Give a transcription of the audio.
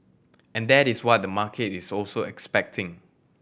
and that is what the market is also expecting